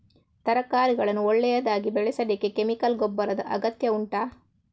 ತರಕಾರಿಗಳನ್ನು ಒಳ್ಳೆಯದಾಗಿ ಬೆಳೆಸಲಿಕ್ಕೆ ಕೆಮಿಕಲ್ ಗೊಬ್ಬರದ ಅಗತ್ಯ ಉಂಟಾ